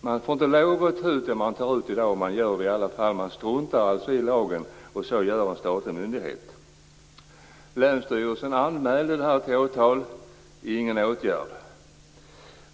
Man får inte lov att ta ut det man tar ut i dag, men man gör det i alla fall. Man struntar alltså i lagen. Det är en statlig myndighet som gör så! Länsstyrelsen anmälde det här till åtal. Det blev ingen åtgärd.